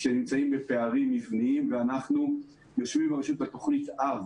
שנמצאים בפערים מבניים ואנחנו יושבים עם הרשות המקומית על תוכנית-אב